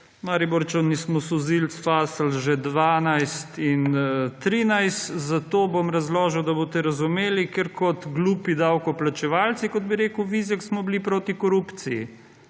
Mariborčani smo solzivec fasali že 2012 in 2013, zato bom razložil, da boste razumeli, ker kot glupi davkoplačevalci, kot bi rekel Vizjak, smo bili proti korupciji,